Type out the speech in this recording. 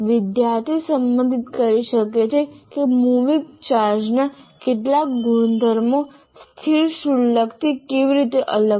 વિદ્યાર્થી સંબંધિત કરી શકે છે કે મૂવિંગ ચાર્જના કેટલાક ગુણધર્મો સ્થિર શુલ્કથી કેવી રીતે અલગ છે